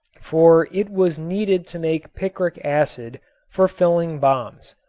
for it was needed to make picric acid for filling bombs.